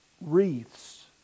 Wreaths